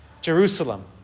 Jerusalem